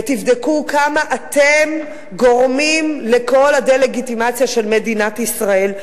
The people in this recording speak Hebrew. ותבדקו כמה אתם גורמים לכל הדה-לגיטימציה של מדינת ישראל.